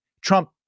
Trump